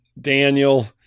Daniel